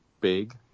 big